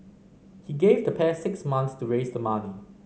he gave the pair six months to raise the money